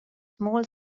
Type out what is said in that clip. small